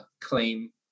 claim